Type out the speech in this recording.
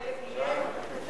למה?